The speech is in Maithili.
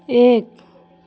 एक